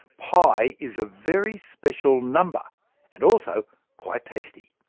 pi is a very special number and also quite tasty.